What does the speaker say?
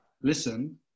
Listen